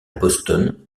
boston